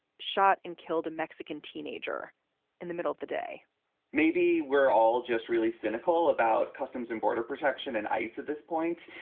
shot and killed a mexican teenager in the middle of the day maybe we're all just really cynical about customs and border protection and ice at this point.